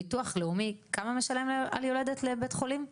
ביטוח לאומי כמה משלם על יולדת לבית החולים היום?